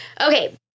Okay